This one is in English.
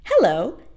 Hello